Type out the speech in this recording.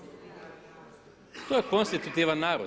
To je konstitutivan narod.